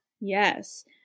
yes